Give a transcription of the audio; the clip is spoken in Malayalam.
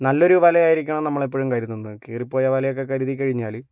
നല്ലൊരു വലയായിരിക്കണം നമ്മൾ എപ്പോഴും കരുതുന്നത് കീറിപ്പോയ വലയൊക്കെ കരുതി കഴിഞ്ഞാൽ